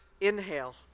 inhale